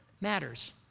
matters